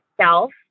self